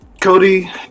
Cody